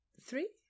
Three